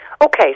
Okay